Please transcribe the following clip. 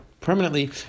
permanently